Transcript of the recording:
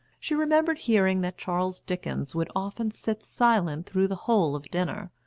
she remembered hearing that charles dickens would often sit silent through the whole of dinner,